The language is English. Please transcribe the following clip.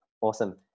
Awesome